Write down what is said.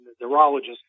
neurologist